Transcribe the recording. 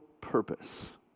purpose